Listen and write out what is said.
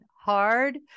hard